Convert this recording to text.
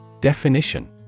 Definition